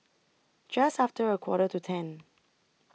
Just after A Quarter to ten